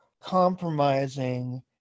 compromising